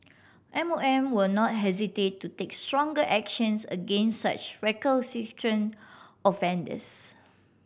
M O M will not hesitate to take stronger actions against such recalcitrant offenders